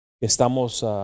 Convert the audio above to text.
Estamos